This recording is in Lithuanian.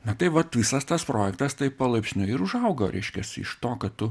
na tai vat visas tas projektas taip palaipsniui ir užaugo reiškias iš to kad tu